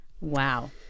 Wow